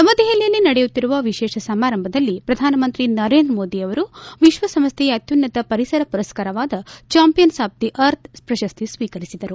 ನವದೆಹಲಿಯಲ್ಲಿ ನಡೆಯುತ್ತಿರುವ ವಿಶೇಷ ಸಮಾರಂಭದಲ್ಲಿ ಪ್ರಧಾನಮಂತ್ರಿ ನರೇಂದ್ರ ಮೋದಿ ಅವರು ವಿಶ್ವಸಂಸ್ಥೆಯ ಅತ್ಯುನ್ನತ ಪರಿಸರ ಪುರಸ್ತಾರವಾದ ಚಾಂಪಿಯನ್ಸ್ ಆಫ್ ದಿ ಅರ್ಥ್ ಪ್ರಶಸ್ತಿ ಸ್ವೀಕರಿಸಿದರು